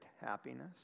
Happiness